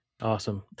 Awesome